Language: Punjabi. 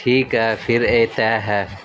ਠੀਕ ਹੈ ਫਿਰ ਇਹ ਤੈਅ ਹੈ